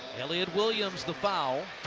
elliot williams, the foul.